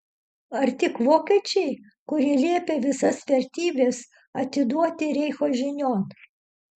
ar tik vokiečiai kurie liepė visas vertybes atiduoti reicho žinion